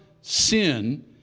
sin